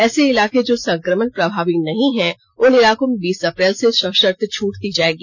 ऐसे इलाके जो संक्रमण प्रभावी नहीं हैं उन इलाकों में बीस अप्रैल से सशर्त छूट दी जाएगी